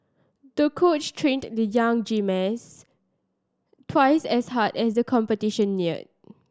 the coach trained the young gymnast twice as hard as the competition neared